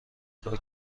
کار